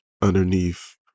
underneath